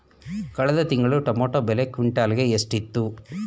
ಕಳೆದ ತಿಂಗಳು ಟೊಮ್ಯಾಟೋ ಬೆಲೆ ಕ್ವಿಂಟಾಲ್ ಗೆ ಎಷ್ಟಿತ್ತು?